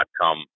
come